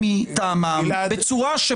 בבקשה.